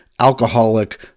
Alcoholic